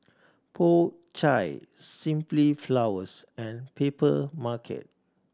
Po Chai Simply Flowers and Papermarket